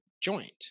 joint